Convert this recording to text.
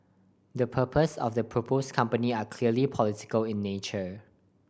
the purpose of the propose company are clearly political in nature